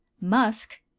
musk